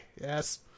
Yes